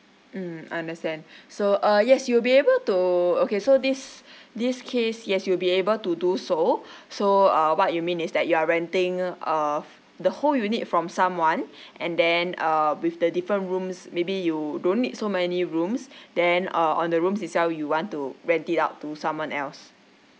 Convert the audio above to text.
mm understand so uh yes you'll be able to okay so this this case yes you'll be able to do so so uh what you mean is that you are renting of the whole unit from someone and then um with the different rooms maybe you don't need so many rooms then uh on the rooms itself you want to rent it out to someone else